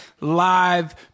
live